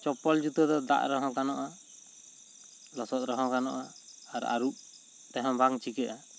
ᱪᱚᱯᱯᱚᱞ ᱡᱩᱛᱟᱹ ᱫᱚ ᱫᱟᱜ ᱨᱮᱦᱚᱸ ᱜᱟᱱᱚᱜᱼᱟ ᱞᱚᱥᱚᱫ ᱨᱮᱦᱚᱸ ᱜᱟᱱᱚᱜᱼᱟ ᱟᱨ ᱟᱨᱩᱵ ᱛᱮᱦᱚᱸ ᱵᱟᱝ ᱪᱤᱠᱟᱹᱜᱼᱟ